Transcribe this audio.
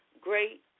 great